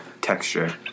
texture